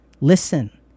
listen